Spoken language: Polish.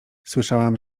słyszałam